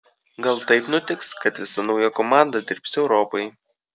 gal taip nutiks kad visa nauja komanda dirbs europai